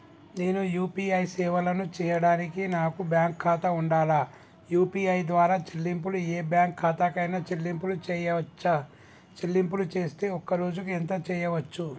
నేను యూ.పీ.ఐ సేవలను చేయడానికి నాకు బ్యాంక్ ఖాతా ఉండాలా? యూ.పీ.ఐ ద్వారా చెల్లింపులు ఏ బ్యాంక్ ఖాతా కైనా చెల్లింపులు చేయవచ్చా? చెల్లింపులు చేస్తే ఒక్క రోజుకు ఎంత చేయవచ్చు?